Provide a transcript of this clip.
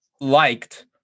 liked